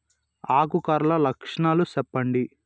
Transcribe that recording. ఆకు కర్ల లక్షణాలు సెప్పండి